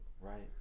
right